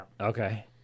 Okay